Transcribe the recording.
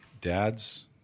dad's